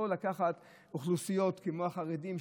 לא לקחת אוכלוסיות כמו החרדים,